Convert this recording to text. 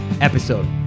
episode